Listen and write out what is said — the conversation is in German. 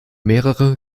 mehrere